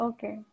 Okay